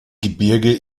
gebirge